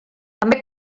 també